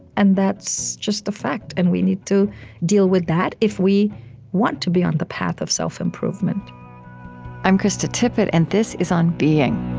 and that's just a fact. and we need to deal with that if we want to be on the path of self-improvement i'm krista tippett, and this is on being.